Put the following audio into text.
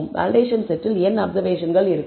validation செட்டில் n அப்சர்வேஷன்கள் இருக்கும்